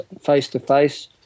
face-to-face